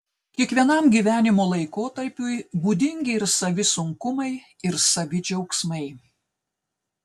kiekvienam gyvenimo laikotarpiui būdingi ir savi sunkumai ir savi džiaugsmai